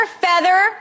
feather